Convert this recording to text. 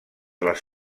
les